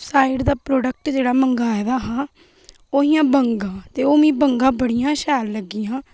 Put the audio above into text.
site दा product जेह्ड़ा मंगवाए दा हा ओह् हियां बंगा ते ओह् मी बंगा बड़ियां शैल लगियां